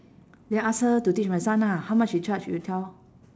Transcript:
then ask her to teach my son ah how much she charge you tell